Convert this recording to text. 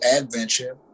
adventure